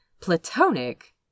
platonic